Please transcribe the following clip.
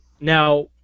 now